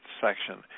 section